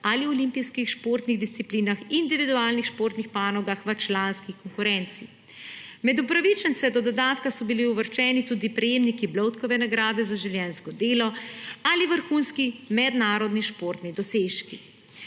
ali olimpijskih disciplinah, individualnih športnih panogah v članski konkurenci. Med upravičence do dodatka so bili uvrščeni tudi prejemniki Bloudkove nagrade za življenjsko delo ali vrhunski mednarodni športni dosežki.